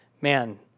man